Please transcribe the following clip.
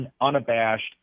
unabashed